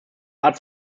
art